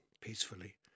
peacefully